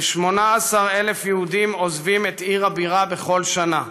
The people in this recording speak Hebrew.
כ-18,000 יהודים עוזבים את עיר הבירה בכל שנה,